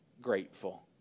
grateful